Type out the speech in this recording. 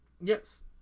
Yes